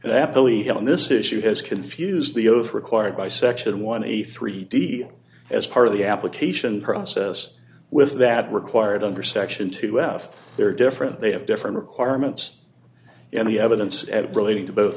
have on this issue has confused the oath required by section one hundred and eighty three d as part of the application process with that required under section two f there are different they have different requirements and the evidence at relating to both